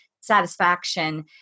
satisfaction